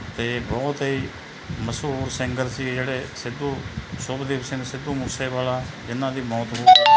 ਅਤੇ ਬਹੁਤ ਹੀ ਮਸ਼ਹੂਰ ਸਿੰਗਰ ਸੀ ਜਿਹੜੇ ਸਿੱਧੂ ਸ਼ੁਭਦੀਪ ਸਿੰਘ ਸਿੱਧੂ ਮੂਸੇਵਾਲਾ ਜਿਹਨਾਂ ਦੀ ਮੌਤ ਹੋ